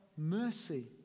Mercy